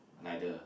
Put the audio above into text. neither